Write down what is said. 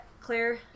claire